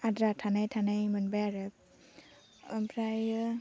आद्रा थानाय थानाय मोनबाय आरो ओमफ्रायो